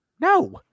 No